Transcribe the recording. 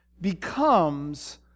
becomes